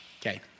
Okay